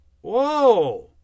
Whoa